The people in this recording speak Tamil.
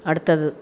அடுத்தது